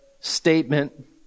statement